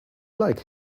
like